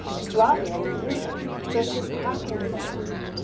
flavia is moving, so she's packing things.